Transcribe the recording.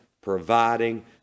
providing